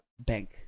bank